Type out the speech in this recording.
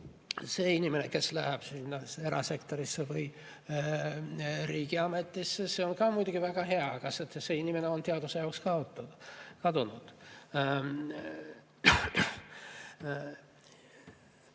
et inimene läheb erasektorisse või riigiametisse, on ka muidugi väga hea, aga see inimene on teaduse jaoks kadunud.